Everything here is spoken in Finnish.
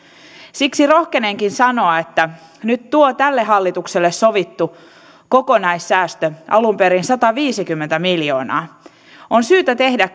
siksi rohkenenkin sanoa että nyt tälle hallitukselle sovittu kokonaissäästö alun perin sataviisikymmentä miljoonaa on kyllä syytä tehdä